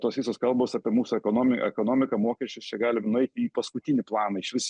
tos visos kalbos apie mūsų ekonomi ekonomiką mokesčius čia galim nueit į paskutinį planą išvis